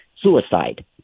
suicide